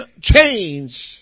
change